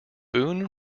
boone